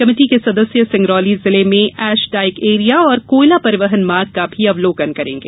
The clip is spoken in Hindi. कमेटी के सदस्य सिंगरोली जिले में ऐशडाइक एरिया और कोयला परिवहन मार्ग का भी अवलोकन करेंगे